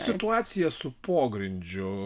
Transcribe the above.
situacija su pogrindžiu